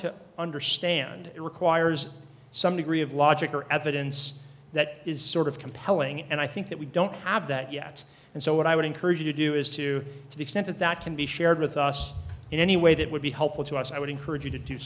to understand it requires some degree of logic or evidence that is sort of compelling and i think that we don't have that yet and so what i would encourage you to do is to the extent that that can be shared with us in any way that would be helpful to us i would encourage you to do